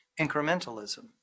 incrementalism